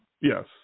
Yes